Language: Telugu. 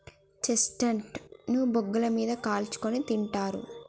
చెస్ట్నట్ ను బొగ్గుల మీద కాల్చుకుని తింటారు